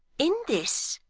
in this!